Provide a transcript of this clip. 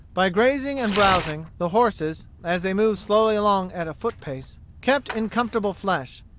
by grazing and browsing, the horses, as they moved slowly along at a foot-pace, kept in comfortable flesh.